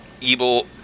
evil